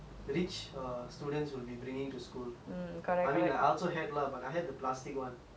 I mean like also had lah but I had the plastic [one] whereas the rich people had the metal [one]